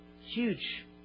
Huge